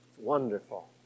Wonderful